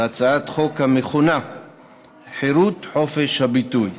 בהצעת חוק המכונה חירות, חופש, הביטוי.